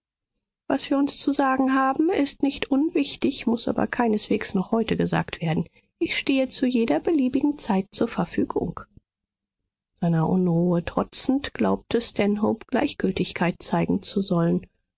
was wir uns zu sagen haben ist nicht unwichtig muß aber keineswegs noch heute gesagt werden ich stehe zu jeder beliebigen zeit zur verfügung seiner unruhe trotzend glaubte stanhope gleichgültigkeit zeigen zu sollen